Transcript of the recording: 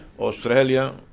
Australia